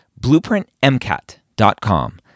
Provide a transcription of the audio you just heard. BlueprintMCAT.com